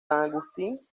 agustín